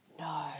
No